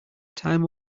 time